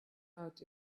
out